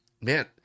man